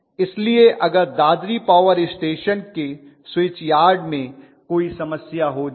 इसलिए अगर Dadri power station के स्विच यार्ड में कोई समस्या हो जाए